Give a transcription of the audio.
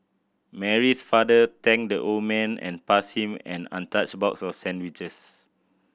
Mary's father thanked the old man and passed him an untouched box of sandwiches